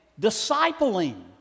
discipling